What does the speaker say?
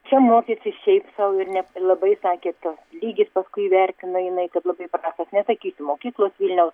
čia mokėsi šiaip sau ir ne labai sakė ta lygis paskui įvertino jinai kad labai prastas nesakysiu mokyklos vilniaus